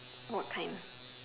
what kind